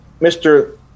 Mr